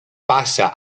passa